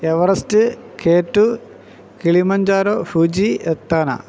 Everest കേറ്റു Kilimanjaro Fuji യത്താന